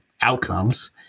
outcomes